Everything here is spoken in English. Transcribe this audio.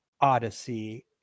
Odyssey